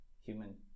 human